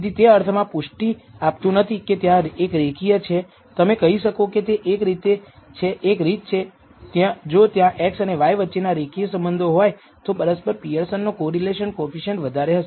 તેથી તે અર્થમાં પુષ્ટિ આપતું નથી કે ત્યાં એક રેખીય છે તમે કહી શકો કે તે એક રીત છે જો ત્યાં x અને y વચ્ચેના રેખીય સંબંધો હોય તો પરસ્પર પિઅરસનનો કોરિલેશન કોએફિસિએંટ વધારે હશે